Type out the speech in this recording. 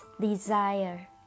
desire